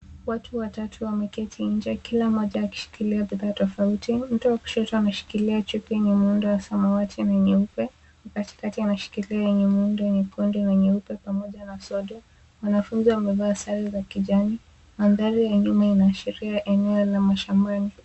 Watu watatu wameketi nje kila mmoja akishikilia bidhaa tofauti. Mtu wa kushoto ameshikilia chupi yenye muundo wa samawati na nyeupe, wa katikati anashikilia yenye muundo wa nyekundu na nyeupe pamoja na sondu. Wanafunzi wamevaa sare za kijani, madhari ya nyuma inashiria eneo la mashambani.